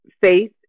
faith